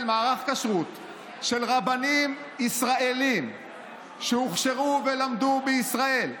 מערך כשרות של רבנים ישראלים שהוכשרו ולמדו בישראל,